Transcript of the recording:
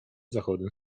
zachodem